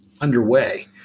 underway